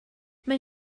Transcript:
mae